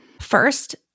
First